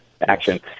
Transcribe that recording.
action